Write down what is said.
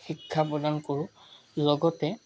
শিক্ষা প্ৰদান কৰোঁ লগতে